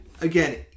again